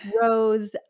rose